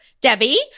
Debbie